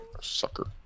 sucker